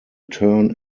turn